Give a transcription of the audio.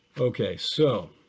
okay, so